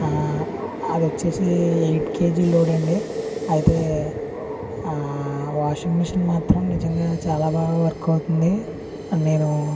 అదొచ్చేసి eight KG load అండి అయితే washing machine మాత్రం నిజంగా చాలా బాగా వర్క్ అవుతుంది నేను